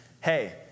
Hey